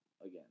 again